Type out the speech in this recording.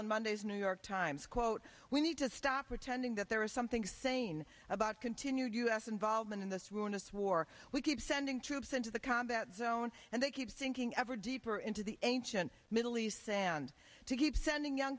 in monday's new york times quote we need to stop pretending that there is something sane about continued u s involvement in this ruinous war we keep sending troops into the combat zone and they keep sinking ever deeper into the ancient middle east sand to keep sending young